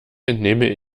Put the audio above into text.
entnehme